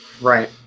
right